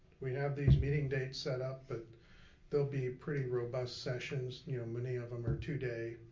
we have these meeting dates set up, but they'll be pretty robust sessions. you know many of em are two day,